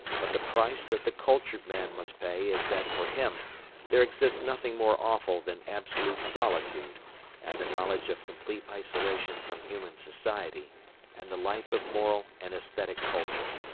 but the price that the cultured man must pay is that for him there exists nothing more awful than absolute solitude and the knowledge of complete isolation from human society and the life of moral and aesthetic culture.